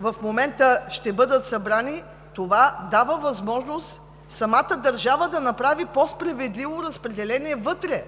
в момента ще бъдат събрани – това дава възможност самата държава да направи по-справедливо разпределение вътре